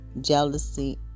jealousy